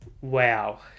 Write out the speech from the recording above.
wow